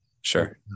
Sure